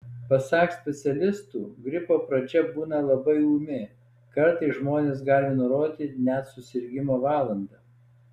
pasak specialistų gripo pradžia būna labai ūmi kartais žmonės gali nurodyti net susirgimo valandą